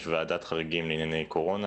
יש ועדת חריגים לענייני קורונה,